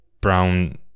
brown